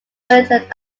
wellington